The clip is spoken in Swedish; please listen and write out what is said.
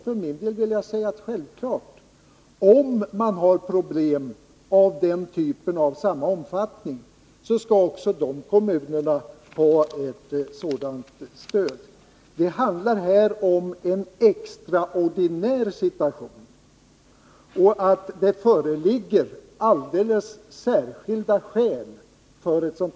För min del vill jag säga: Självfallet — om andra kommuner har problem av den här typen i samma omfattning, skall också de kommunerna ha ett sådant här stöd. Det handlar här om en extraordinär situation, och det föreligger alldeles särskilda skäl för stödet.